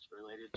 related